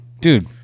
Dude